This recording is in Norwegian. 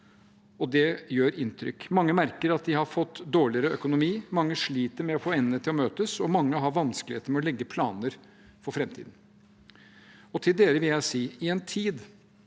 og det gjør inntrykk. Mange merker at de har fått dårligere økonomi, mange sliter med å få endene til å møtes, og mange har vanskeligheter med å legge planer for framtiden. Til dere vil jeg si: I en tid